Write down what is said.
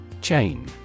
Chain